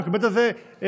היא מקבלת על זה אגרות,